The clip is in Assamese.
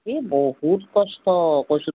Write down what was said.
ই বহুত কষ্ট কৈছোঁ